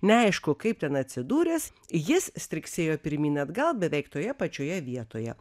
neaišku kaip ten atsidūręs jis striksėjo pirmyn atgal beveik toje pačioje vietoje